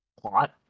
plot